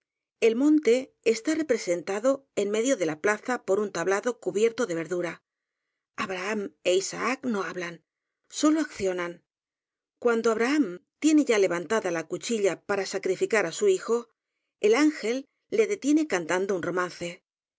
el monte está representado en medio de la plaza por un tablado cubierto de ver dura abraham é isaac no hablan sólo accionan cuando abraham tiene ya levantada la cuchilla para sacrificar á su hijo el ángel le detiene cantan do un romance